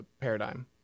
paradigm